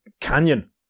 canyon